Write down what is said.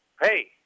hey